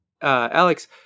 Alex